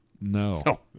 No